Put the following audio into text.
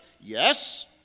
Yes